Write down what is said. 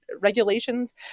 Regulations